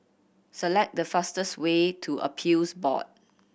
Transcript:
select the fastest way to Appeals Board